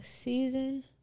season